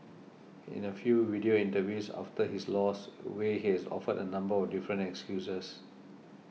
in a few video interviews after his loss Wei has offered a number of different excuses